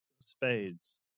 spades